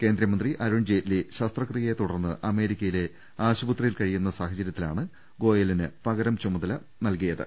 കേന്ദ്രമന്ത്രി അരുൺ ജെയ്റ്റ്ലി ശസ്ത്രക്രിയയെത്തു ടർന്ന് അമേരിക്കയിലെ ആശുപത്രിയിൽ കഴിയുന്ന സാഹചരൃത്തിലാണ് ഗോയലിന് പകരം ചുമതല ലഭിച്ചത്